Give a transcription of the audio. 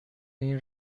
این